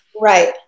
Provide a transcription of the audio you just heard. Right